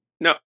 No